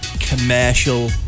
commercial